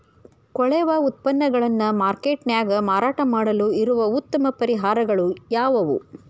ಕೊಳೆವ ಉತ್ಪನ್ನಗಳನ್ನ ಮಾರ್ಕೇಟ್ ನ್ಯಾಗ ಮಾರಾಟ ಮಾಡಲು ಇರುವ ಉತ್ತಮ ಪರಿಹಾರಗಳು ಯಾವವು?